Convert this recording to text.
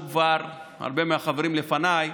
דיברו פה כבר הרבה מהחברים לפניי